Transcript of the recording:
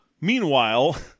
meanwhile